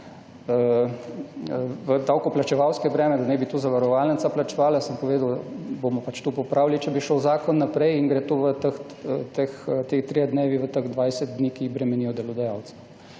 v davkoplačevalsko breme, da naj bi to zavarovalnica plačevala, sem povedal, bomo pač to popravili, če bi šel zakon naprej, in gredo ti trije dnevi v teh dvajset dni, ki bremenijo delodajalca.